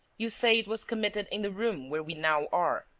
you say it was committed in the room where we now are?